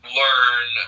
learn